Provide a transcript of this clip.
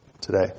today